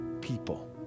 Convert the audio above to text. people